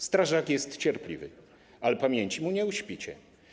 Strażak jest cierpliwy, ale pamięci mu nie uśpicie.